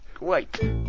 wait